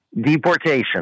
deportation